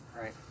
Right